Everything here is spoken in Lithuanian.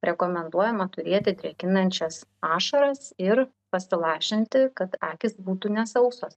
rekomenduojama turėti drėkinančias ašaras ir pasilašinti kad akys būtų nesausos